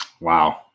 Wow